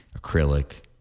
acrylic